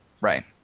Right